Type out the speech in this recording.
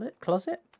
Closet